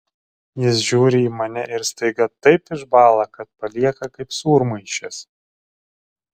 jis žiūri į mane ir staiga taip išbąla kad palieka kaip sūrmaišis